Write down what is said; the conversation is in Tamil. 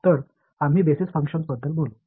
எனவே அடிப்படை செயல்பாடுகளைப் பற்றி பேசுவோம்